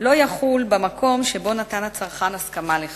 לא יחול במקום שבו הצרכן נתן הסכמה לכך.